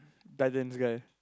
Titans this guy